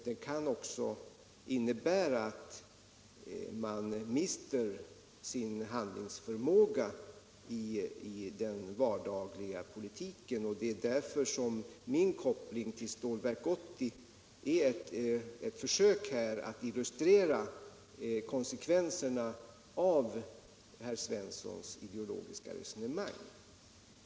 Det kan också innebära att man mister sin handlingsförmåga i den vardagliga politiken. Min koppling till Stålverk 80 är ett försök att illustrera konsekvenserna av herr Svenssons ideologiska resonemang.